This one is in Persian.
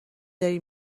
داری